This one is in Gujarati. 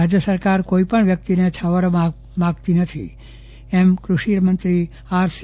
રાજ્ય સરકાર કોઈપણ વ્યક્તિને છાવરવા માંગતી નથી તેમ કૂષિમંત્રી આર સી